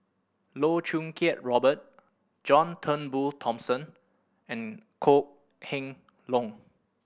Loh Choo Kiat Robert John Turnbull Thomson and Kok Heng Leun